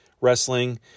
wrestling